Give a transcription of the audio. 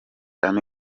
army